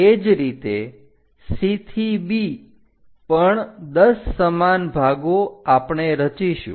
તે જ રીતે C થી B પણ 10 સમાન ભાગો આપણે રચીશું